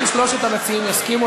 אם שלושת המציעים יסכימו,